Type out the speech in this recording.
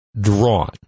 drawn